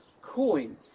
coin